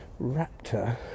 raptor